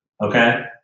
Okay